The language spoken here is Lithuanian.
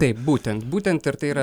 taip būtent būtent ir tai yra